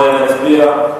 אנחנו נצביע,